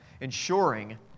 ensuring